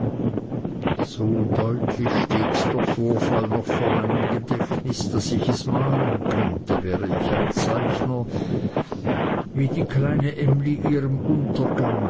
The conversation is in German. so deutlich steht der vorfall noch vor meinem gedächtnis daß ich es malen könnte wäre ich ein zeichner wie die kleine emly ihrem untergang